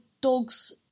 dogs